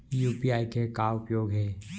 UPI के का उपयोग हे?